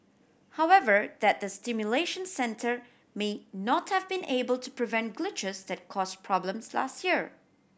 however that the simulation centre may not have been able to prevent glitches that cause problems last year